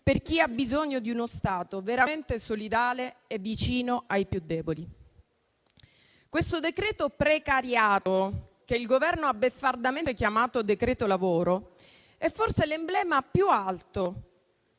per chi ha bisogno di uno Stato veramente solidale e vicino ai più deboli. Questo decreto-legge che dovremmo chiamare "precariato", che il Governo ha beffardamente chiamato decreto lavoro, è forse l'emblema più alto